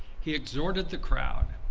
he exhorted the crowd,